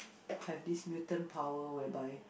have this mutant power whereby